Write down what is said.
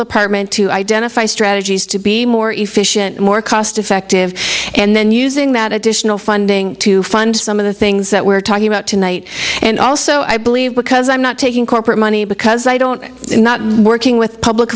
department to identify strategies to be more efficient more cost effective and then using that additional funding to fund some of the things that we're talking about tonight and also i believe because i'm not taking corporate money because i don't not working with public